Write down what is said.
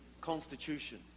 Constitution